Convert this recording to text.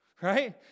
Right